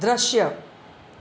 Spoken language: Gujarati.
દૃશ્ય